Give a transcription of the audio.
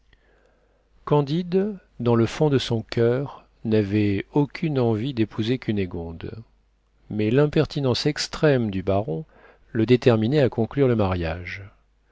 candide dans le fond de son coeur n'avait aucune envie d'épouser cunégonde mais l'impertinence extrême du baron le déterminait à conclure le mariage